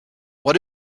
what